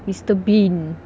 mister bean